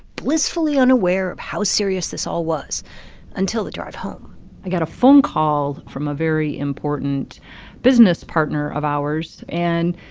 blissfully unaware of how serious this all was until the drive home i got a phone call from a very important business partner of ours. and,